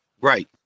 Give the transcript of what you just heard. Right